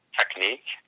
technique